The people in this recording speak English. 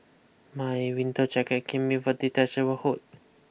my winter jacket came with a detachable hood